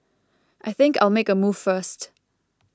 I think I'll make a move first